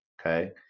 Okay